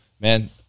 Man